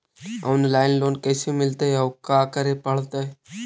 Online loan कैसे मिलतै औ का करे पड़तै?